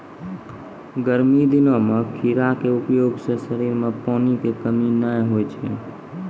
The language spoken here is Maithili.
गर्मी दिनों मॅ खीरा के उपयोग सॅ शरीर मॅ पानी के कमी नाय होय छै